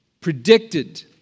predicted